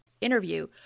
interview